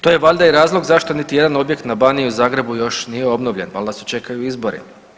To je valjda i razlog zašto niti jedan objekt na Baniji i u Zagrebu još nije obnovljen, valjda se čekaju izbori.